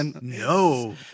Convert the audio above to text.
No